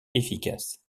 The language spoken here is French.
efficace